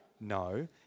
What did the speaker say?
No